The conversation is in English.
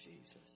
Jesus